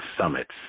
summits